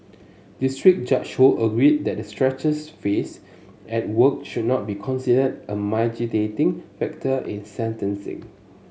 district Judge Ho agreed that the stresses faced at work should not be considered a mitigating factor in sentencing